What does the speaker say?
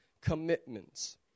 commitments